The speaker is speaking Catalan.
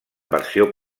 versió